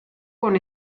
con